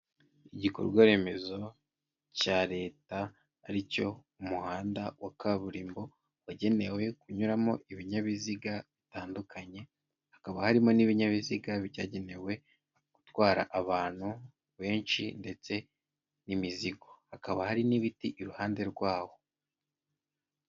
Igikorwa remezo cya leta aricyo umuhanda wa kaburimbo wagenewe kunyuramo ibinyabiziga bitandukanye, hakaba harimo n'ibinyabiziga byagenewe gutwara abantu benshi ndetse n'imizigo, hakaba harimo ibiti iruhande rwawo.